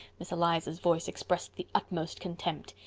miss eliza's voice expressed the utmost contempt.